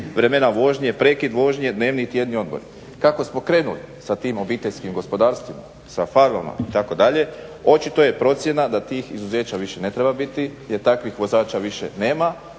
vremena vožnje, prekid vožnje, dnevni i tjedni odmori. Kako smo krenuli sa tim obiteljskim gospodarstvima, sa farmama itd., očito je procjena da tih izuzeća više ne treba biti jer takvih vozača više nema,